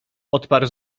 odparł